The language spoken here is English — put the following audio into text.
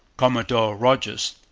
commodore rodgers,